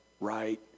right